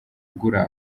ugura